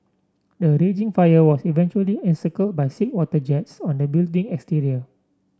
the raging fire was eventually encircle by water jets on the building exterior